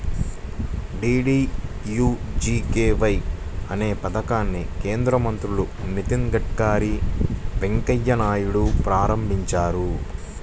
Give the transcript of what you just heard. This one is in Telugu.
డీడీయూజీకేవై అనే పథకాన్ని కేంద్ర మంత్రులు నితిన్ గడ్కరీ, వెంకయ్య నాయుడులు ప్రారంభించారు